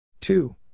Two